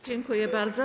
Dziękuję bardzo.